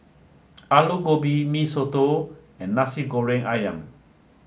Aloo Gobi Mee Soto and Nasi Goreng Ayam